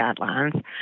guidelines